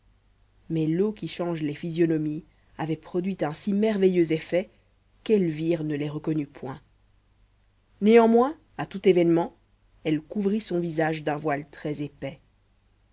mais l'eau qui change les physionomies avait produit un si merveilleux effet qu'elvire ne les reconnut point néanmoins à tout événement elle couvrit son visage d'un voile très épais